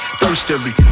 thirstily